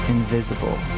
Invisible